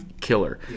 killer